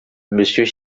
monsieur